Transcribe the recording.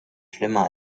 schlimmer